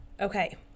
Okay